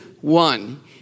one